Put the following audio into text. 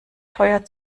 teuer